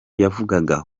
yavugaga